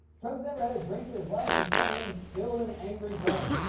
trump's never had a drink in his life, and somehow, he's still an angry drunk.